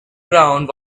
ground